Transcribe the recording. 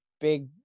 big